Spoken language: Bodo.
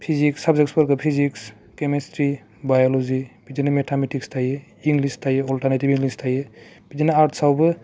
फिजिक्स साबजेक्टफोरखौ फिजिक्स केमेस्ट्रि बाय'लजि बिदिनो मेथामेटिक्स थायो इंग्लिस थायो अलटारनेटिभ इंग्लिस थायो बिदिनो आर्टसआवबो